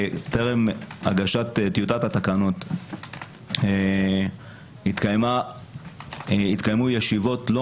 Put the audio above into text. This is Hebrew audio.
טרם הגשת טיוטת התקנות התקיימו ישיבות לא